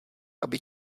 aby